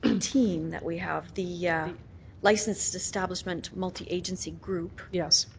and team that we have. the yeah licensed establishment multiagency group. yes.